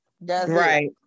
Right